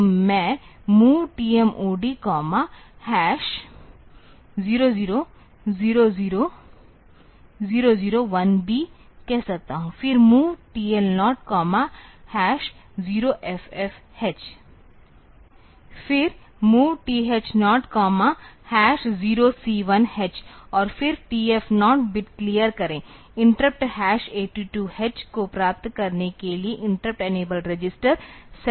तो मैं MOV TMOD 00000001B कह सकता हूं फिर MOV TL0 0FF H फिर MOV TH0 0C1 H और फिर TF0 बिट क्लियर करें इंटरप्ट हैश 82 एच को प्राप्त करने के लिए इंटरप्ट इनेबल रजिस्टर सेट करें